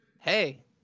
Hey